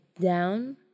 down